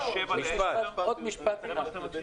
תאריך לטסט ביום זה ואני לא יכול לעשות כלום.